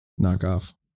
knockoff